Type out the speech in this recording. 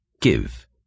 Give